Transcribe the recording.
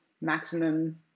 maximum